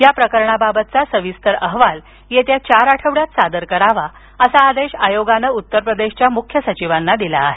या प्रकारणाबाबतचा सविस्तर अहवाल येत्या चार आठवड्यात सादर करावा असा आदेश आयोगानं उत्तर प्रदेशाच्या मुख्य सचिवांना दिला आहे